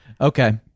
Okay